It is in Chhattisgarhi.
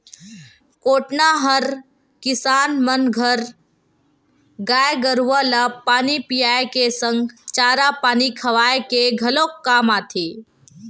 कोटना हर किसान मन घर गाय गरुवा ल पानी पियाए के संग चारा पानी खवाए के घलोक काम आथे